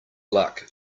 luck